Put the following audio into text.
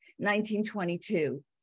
1922